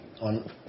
on